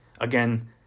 again